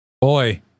Boy